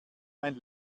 mein